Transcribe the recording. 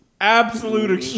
absolute